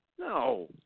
No